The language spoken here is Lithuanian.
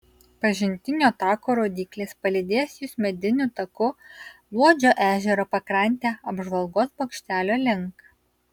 pažintinio tako rodyklės palydės jus mediniu taku luodžio ežero pakrante apžvalgos bokštelio link